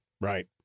Right